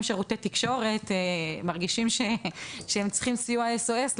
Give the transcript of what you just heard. שירותי תקשורת ומרגישים שהם צריכים סיוע SOS,